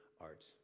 arts